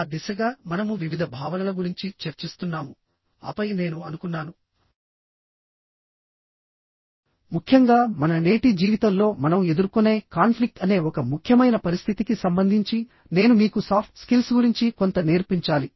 ఆ దిశగా మనము వివిధ భావనల గురించి చర్చిస్తున్నాము ఆపై నేను అనుకున్నానుముఖ్యంగా మన నేటి జీవితంలో మనం ఎదుర్కొనే కాన్ఫ్లిక్ట్ అనే ఒక ముఖ్యమైన పరిస్థితికి సంబంధించి నేను మీకు సాఫ్ట్ స్కిల్స్ గురించి కొంత నేర్పించాలి